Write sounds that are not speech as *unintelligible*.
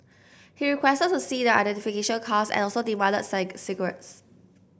he requested to see their identification cards and also demanded *unintelligible* cigarettes